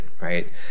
right